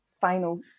final